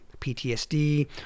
ptsd